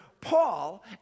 Paul